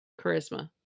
Charisma